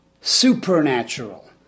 supernatural